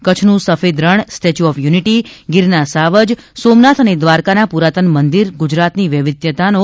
કચ્છનું સફેદ રણ સ્ટેચ્યુ ઓફ યુનિટી ગીરના સાવજ સોમનાથ અને દ્વારકાના પુરાતન મંદિર ગુજરાતની વૈવિધ્યતાનો લખલુટ ખજાનો છે